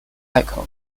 icon